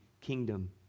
kingdom